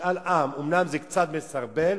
שמשאל עם אומנם קצת מסרבל,